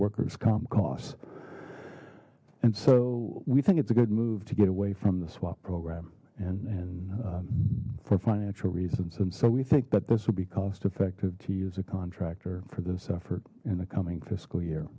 workers comp costs and so we think it's a good move to get away from the swap program and for financial reasons and so we think that this will be cost effective to use a contractor for this effort in the coming fiscal year